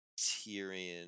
Tyrion